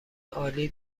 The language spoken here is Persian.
عالی